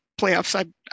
playoffs